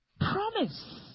promise